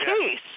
case